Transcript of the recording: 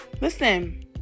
Listen